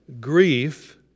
grief